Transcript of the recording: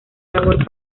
labor